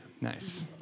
Nice